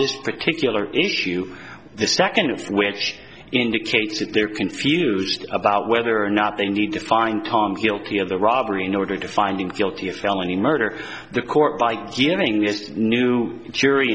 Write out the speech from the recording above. this particular issue the second of which indicates that they're confused about whether or not they need to find time guilty of the robbery in order to find him guilty of felony murder the court by giving this new jury